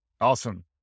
Awesome